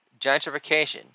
Gentrification